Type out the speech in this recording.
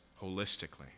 holistically